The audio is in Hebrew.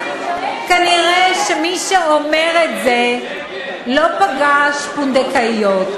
כנראה מי שאומר את זה לא פגש פונדקאיות.